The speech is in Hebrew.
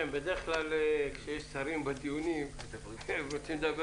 בדרך כלל כשיש שרים בדיונים הם רוצים לדבר